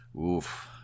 Oof